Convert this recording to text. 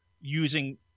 using